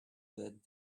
that